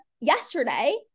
yesterday